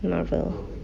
Marvel